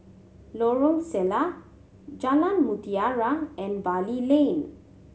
Lorong Salleh Jalan Mutiara and Bali Lane